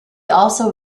also